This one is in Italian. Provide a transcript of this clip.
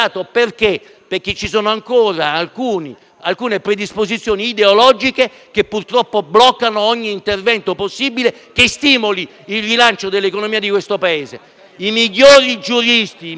Perché ci sono ancora alcune predisposizioni ideologiche che purtroppo bloccano ogni intervento possibile che stimoli il rilancio dell'economia di questo Paese. I migliori giuristi, i migliori